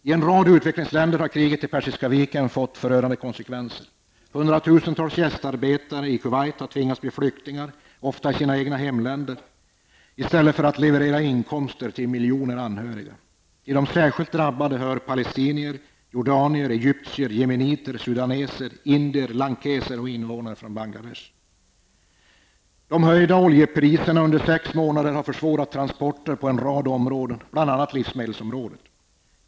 I en rad utvecklingsländer har kriget i Persiska viken fått förödande konsekvenser. Hundratusentals gästarbetare i Kuwait har tvingats bli flyktingar, ofta i sina egna hemländer, i stället för att leverera inkomster till miljoner anhöriga. Till de särskilt drabbade hör palestinier, jordanier, egyptier, yemeniter, sudaneser, indier, srilankeser och invånare från Bangladesh. De höjda oljepriserna under 6 månader har försvårat transporter på en rad områden, bl.a. på livsmedelsområdet.